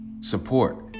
Support